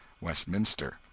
westminster